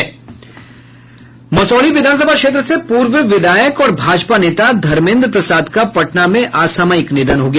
मसौढ़ी विधानसभा क्षेत्र से पूर्व विधायक और भाजपा नेता धर्मेन्द्र प्रसाद का पटना में असामयिक निधन हो गया